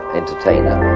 entertainer